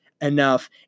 enough